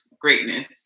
greatness